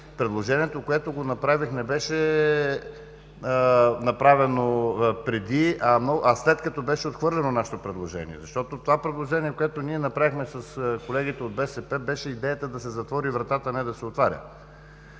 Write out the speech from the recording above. предложението, което направих, не беше направено преди, а след като беше отхвърлено нашето предложение, защото това предложение, което направихме ние с колегите от БСП, идеята беше да се затвори вратата, а не да се отваря.